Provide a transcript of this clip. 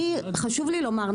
אני חשוב לי לומר,